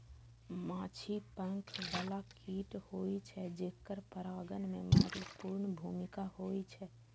माछी पंख बला कीट होइ छै, जेकर परागण मे महत्वपूर्ण भूमिका होइ छै